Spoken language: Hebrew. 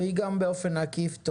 ובאופן עקיף היא גם